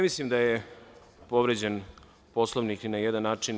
Ne mislim da je povređen Poslovnik ni na jedan način.